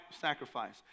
sacrifice